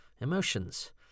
Emotions